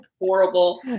horrible